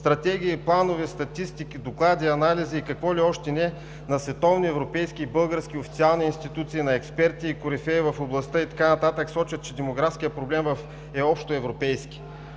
Стратегии, планове, статистики, доклади, анализи и какво ли още не, на световни, европейски и български официални институции, на експерти и корифеи в областта, и така нататък, сочат, че демографският проблем е общоевропейски.